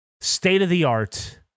state-of-the-art